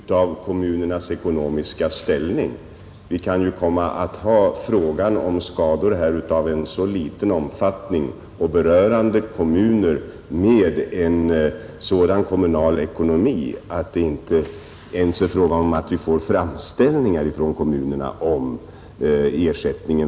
Fru talman! För att inga missförstånd skall uppstå i fortsättningen vid handläggningen av dessa ärenden vill jag nämna att i praxis ingår också en prövning av kommunernas ekonomiska ställning.